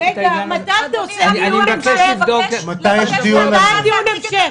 מתי אתה עושה דיון המשך?